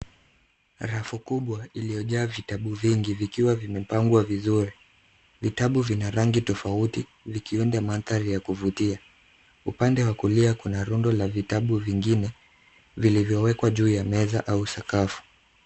Rafu kubwa iliyojaa vitabu vingi vikiwa vimepangwa vizuri. Vitabu vina rangi tofauti vikiunda mandhari ya kuvutia. Upande wa kulia kuna rundo la vitabu vingine, vilivyowekwa juu ya meza au sakafu.